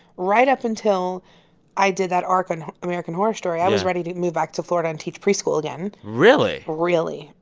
right up until i did that arc on american horror story, i was ready to move back to florida and teach preschool again really? really.